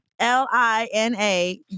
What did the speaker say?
L-I-N-A